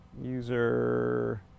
user